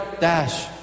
dash